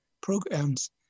programs